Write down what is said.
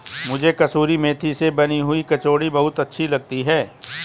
मुझे कसूरी मेथी से बनी हुई कचौड़ी बहुत अच्छी लगती है